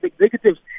executives